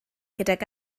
gydag